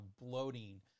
bloating